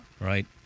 Right